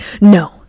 no